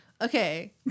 Okay